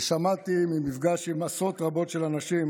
ושמעתי ממפגש עם עשרות רבות של אנשים